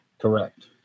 Correct